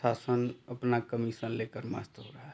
शासन अपना कमीसन लेकर मस्त हो रहा है